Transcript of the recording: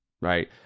Right